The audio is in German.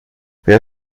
wer